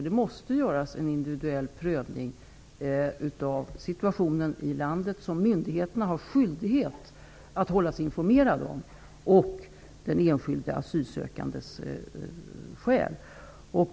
Det måste göras en individuell prövning av situationen i landet, som myndigheterna har skyldighet att hålla sig informerade om, och den enskilde asylsökandens skäl.